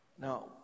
Now